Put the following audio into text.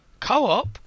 co-op